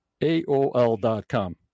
aol.com